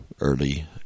early